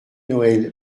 noëlle